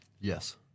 Yes